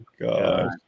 God